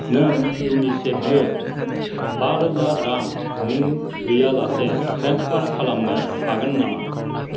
नों इउनिसेफनो बा'रोजा रां मुं गैयालासै ट्रेन्सफार खालामनो हागोन नामा